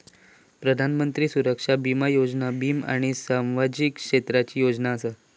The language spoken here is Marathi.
प्रधानमंत्री सुरक्षा बीमा योजना वीमा आणि सामाजिक क्षेत्राची योजना असा